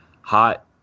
hot